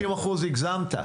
60%, הגזמת.